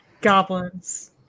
goblins